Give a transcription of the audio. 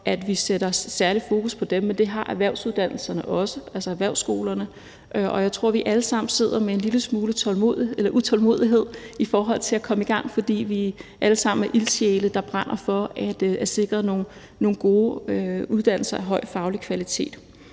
at vi sætter særligt fokus på dem, men det har erhvervsuddannelserne, altså erhvervsskolerne, også. Jeg tror, vi alle sammen sidder med en lille smule utålmodighed i forhold til at komme i gang, fordi vi alle sammen er ildsjæle, der brænder for at sikre nogle gode uddannelser af høj faglig kvalitet.